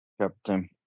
Captain